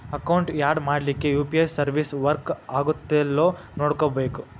account add ಮಾಡ್ಲಿಕ್ಕೆ UPI service work ಆಗತ್ತೇಲ್ಲೋ ನೋಡ್ಕೋಬೇಕ್